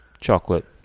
chocolate